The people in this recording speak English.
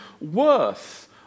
worth